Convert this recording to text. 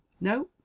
no